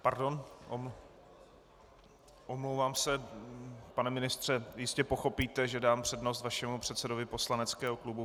Pardon, omlouvám se, pane ministře, jistě pochopíte, že dám přednost vašemu předsedovi poslaneckého klubu.